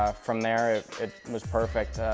ah from there, it was perfect.